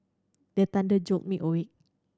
the thunder jolt me awake